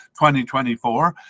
2024